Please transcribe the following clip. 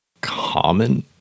common